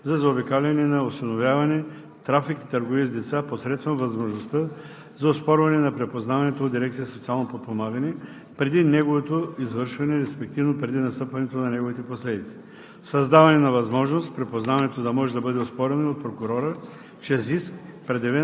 създаване на законови предпоставки за ограничаване на използването на института на припознаването за заобикаляне на осиновяване, трафик и търговия с деца, посредством възможността за оспорване на припознаването от Дирекция „Социално подпомагане“ преди неговото извършване, респективно преди настъпването на неговите последици;